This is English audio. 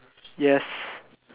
yes